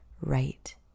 right